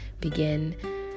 begin